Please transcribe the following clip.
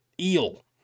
eel